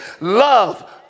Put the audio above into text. love